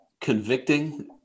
convicting